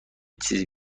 چیزی